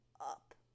up